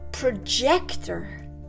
Projector